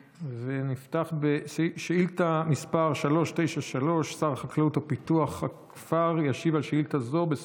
ונפתח בשאילתה מס' 393. שר החקלאות ופיתוח הכפר ישיב על שאילתה זו של